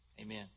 Amen